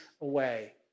away